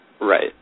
Right